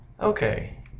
Okay